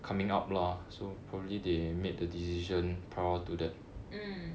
mm